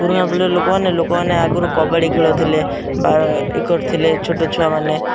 ପୁରୁଣା ପିଢ଼ିର ଲୋକମାନେ ଲୋକମାନେ ଆଗରୁ କବାଡ଼ି ଖେଳୁଥିଲେ ବାର ଥିଲେ ଛୋଟ ଛୁଆମାନେ